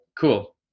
Cool